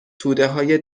تودههای